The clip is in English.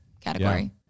category